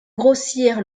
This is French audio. grossir